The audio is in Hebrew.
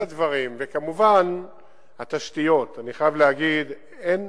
כמובן התשתיות, אני חייב להגיד, אין